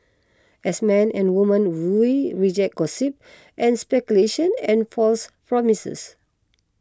as men and women we reject gossip and speculation and false promises